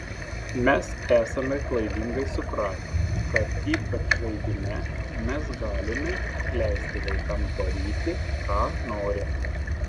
mes esame klaidingai supratę kad ypač žaidime mes galime leisti vaikams daryti ką nori